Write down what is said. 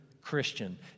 Christian